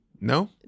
No